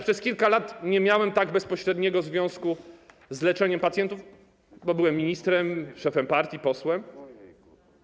Przez kilka lat nie miałem tak bezpośredniego związku z leczeniem pacjentów, bo byłem ministrem, szefem partii, posłem.